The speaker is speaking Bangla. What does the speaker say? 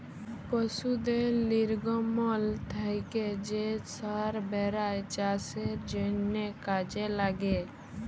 পশুদের লির্গমল থ্যাকে যে সার বেলায় চাষের জ্যনহে কাজে ল্যাগে